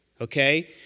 Okay